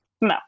no